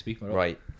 Right